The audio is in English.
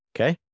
okay